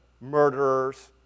murderers